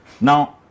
Now